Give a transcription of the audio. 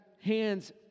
hands